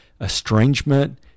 estrangement